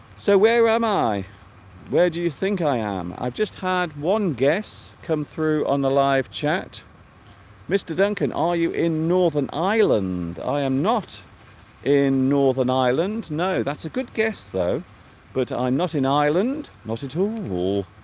so where am i where do you think i am i've just had one guess come through on the live chat mr. duncan are you in northern ireland i am not in northern ireland no that's a good guess though but i'm not in ireland not at all whoa